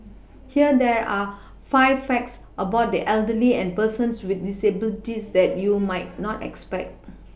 here there are five facts about the elderly and persons with disabilities that you might not expect